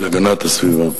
הגנת הסביבה.